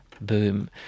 boom